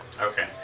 Okay